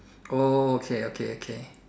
oh okay okay okay